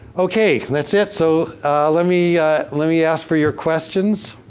okay, that's it, so let me let me ask for your questions.